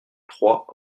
trois